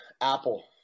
Apple